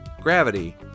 gravity